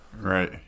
right